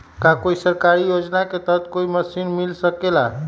का कोई सरकारी योजना के तहत कोई मशीन मिल सकेला?